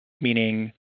meaning